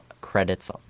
credits